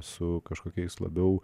su kažkokiais labiau